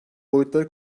boyutları